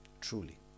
Truly